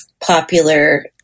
popular